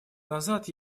назад